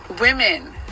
women